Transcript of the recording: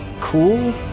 cool